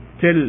till